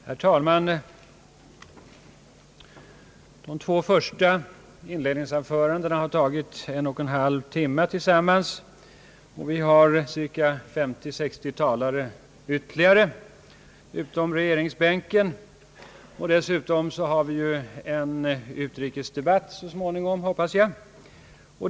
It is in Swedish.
Herr talman! De två första inledningsanförandena har tillsammans tagit en och en halv timme, och vi har ytterligare 50, 60 talare på listan utom inlägg från regeringsbänken. Dessutom hoppas jag att vi så småningom får en utrikesdebatt.